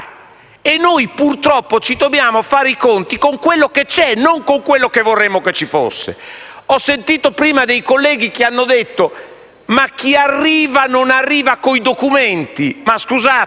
e noi, purtroppo, dobbiamo fare i conti con quello che c'è non con quello che vorremmo che ci fosse. Ho sentito prima alcuni colleghi che hanno detto che chi arriva non ha i documenti.